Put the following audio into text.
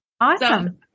Awesome